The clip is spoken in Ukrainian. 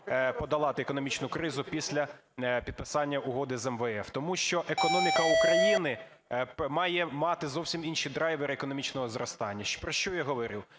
подолати економічну кризу після підписання угоди з МВФ, тому що економіка України має мати зовсім інші драйвери економічного зростання. Про що я говорю?